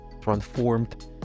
transformed